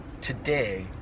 today